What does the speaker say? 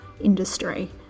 industry